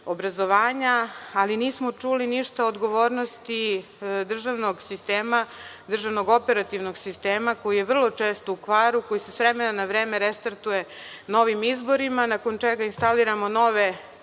ali nismo čuli ništa o odgovornosti državnog sistema, državnog operativnog sistema, koji je vrlo često u kvaru, koji se sa vremena na vreme restartuje novim izborima, nakon čega instaliramo nove